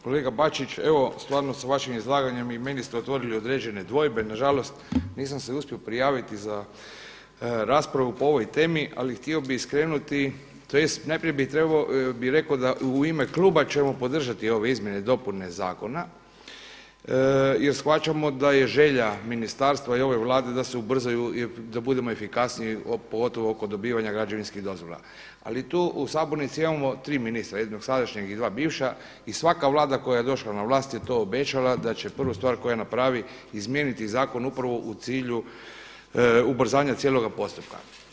Kolega Bačić, evo stvarno sa vašim izlaganjem i meni ste otvorili određene dvojbe, nažalost nisam se uspio prijaviti za raspravu po ovoj temi ali htio bih skrenuti, najprije bih rekao da u ime kluba ćemo podržati ove izmjene i dopune zakona jer shvaćamo da je želja ministarstva i ove Vlade da se ubrzaju, da budemo efikasniji pogotovo kod dobivanja građevinskih dozvola, ali tu u sabornici imamo tri ministra, jednog sadašnjeg i dva bivša i svaka Vlada koja je došla na vlast je to obećala da će prvu stvar koju će napraviti izmijeniti zakon upravo u cilju ubrzanja cijeloga postupka.